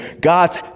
God's